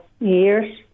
years